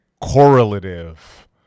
correlative